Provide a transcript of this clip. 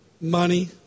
money